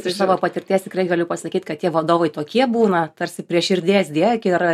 iš savo patirties tikrai galiu pasakyt kad tie vadovai tokie būna tarsi prie širdies dėk ir